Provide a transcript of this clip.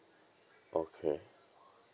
okay